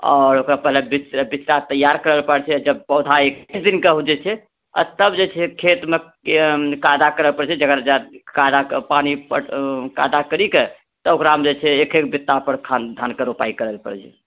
आओर ओकरा पहिले बिछकऽ तैयार करए पड़ै छै जब पौधा एक दिन के हो जाइछै आ तब जे छै खेतमे कादा करए पड़ै छै कादा पानि पटाउ कादा करिके ओकरामे जे छै एक एक बितामे धानके रोपाइ करए पड़ए छै